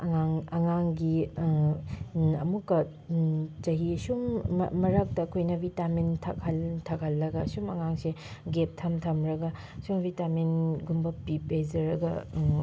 ꯑꯉꯥꯡꯒꯤ ꯑꯃꯨꯛꯀ ꯆꯍꯤ ꯁꯨꯝ ꯃꯔꯛꯇ ꯑꯩꯈꯣꯏꯅ ꯚꯤꯇꯥꯃꯤꯟ ꯊꯛꯍꯜꯂꯒ ꯁꯨꯝ ꯑꯉꯥꯡꯁꯦ ꯒꯦꯞ ꯊꯝ ꯊꯝꯂꯒ ꯁꯨꯝ ꯚꯤꯇꯥꯃꯤꯟꯒꯨꯝꯕ ꯄꯤꯖꯔꯒ